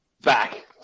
back